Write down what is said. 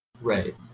right